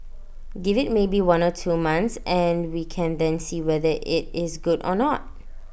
give IT maybe one or two months and we can then see whether IT is good or not